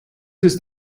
ist